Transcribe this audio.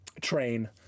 train